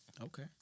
Okay